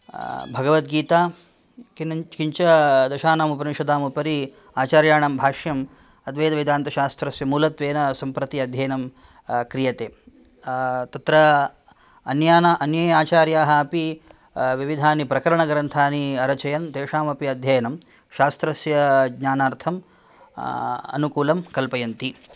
भगवद्गीता किनञ् किञ्च दशानाम् उपनिषदाम् उपरि आचार्याणां भाष्यम् अद्वैतवेदान्तशास्त्रस्य मूलत्वेन सम्प्रति अध्ययनं क्रियते तत्र अन्यान अन्ये आचार्याः अपि विविधानि प्रकरणग्रन्थानि अरचयन् तेषामपि अध्ययनं शास्त्रस्य ज्ञानार्थम् अनुकूलं कल्पयन्ति